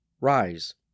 Rise